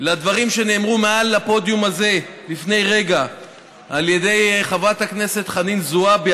לדברים שנאמרו מעל הפודיום הזה לפני רגע על ידי חברת הכנסת חנין זועבי,